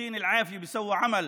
שאלוהים ייתן להן כוח,